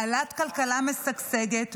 בעלת כלכלה משגשגת,